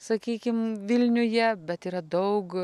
sakykim vilniuje bet yra daug